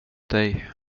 dig